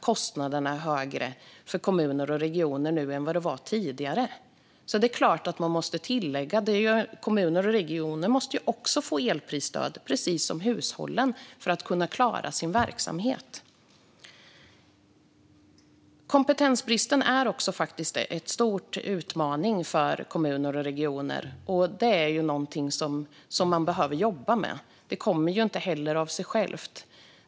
Kostnaderna är högre för kommuner och regioner nu än de var tidigare, så det är klart att man måste tillägga. Kommuner och regioner måste ju också få elprisstöd, precis som hushållen, för att kunna klara sin verksamhet. Kompetensbristen är också en stor utmaning för kommuner och regioner, och det är någonting man behöver jobba med. Det kommer inte av sig självt.